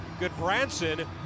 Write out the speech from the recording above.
Goodbranson